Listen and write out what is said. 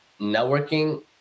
networking